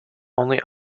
only